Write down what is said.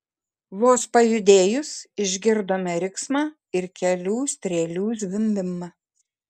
vos pajudėjus išgirdome riksmą ir kelių strėlių zvimbimą